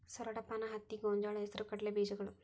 ಸೂರಡಪಾನ, ಹತ್ತಿ, ಗೊಂಜಾಳ, ಹೆಸರು ಕಡಲೆ ಬೇಜಗಳು